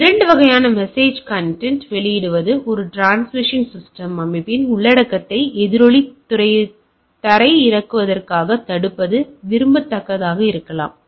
எனவே 2 வகையான message content வெளியிடுவது ஒரு டிரான்ஸ்மிஷன் சிஸ்டம் அமைப்பின் உள்ளடக்கத்தை எதிராளி தரையிறக்குவதைத் தடுப்பது விரும்பத்தக்கதாக இருக்கலாம்